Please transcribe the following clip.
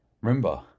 Remember